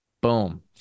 Boom